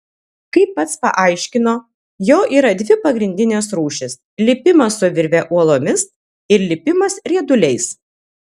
kaip pats paaiškino jo yra dvi pagrindinės rūšys lipimas su virve uolomis ir lipimas rieduliais